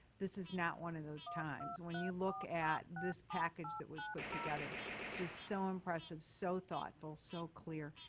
this is not one of those times. when you look at this package that was put together, it's just so impressive, so thoughtful, so clear.